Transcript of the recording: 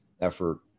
effort